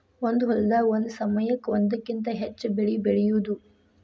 ಒಂದ ಹೊಲದಾಗ ಒಂದ ಸಮಯಕ್ಕ ಒಂದಕ್ಕಿಂತ ಹೆಚ್ಚ ಬೆಳಿ ಬೆಳಿಯುದು